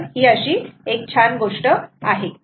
तर ही अशी एक छान गोष्ट आहे